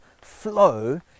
flow